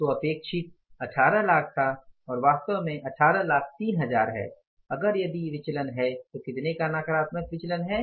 तो अपेक्षित 180000 था और वास्तव में 183000 है अगर यदि विचलन है तो कितने का नकारात्मक विचलन है